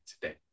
today